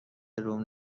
روم